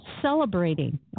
celebrating